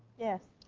yes.